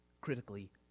critically